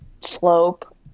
slope